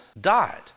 died